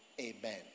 amen